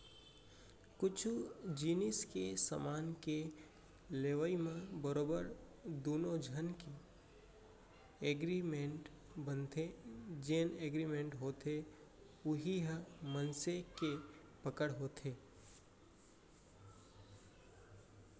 कुछु जिनिस के समान के लेवई म बरोबर दुनो झन के एगरिमेंट बनथे जेन एगरिमेंट होथे उही ह मनसे के पकड़ होथे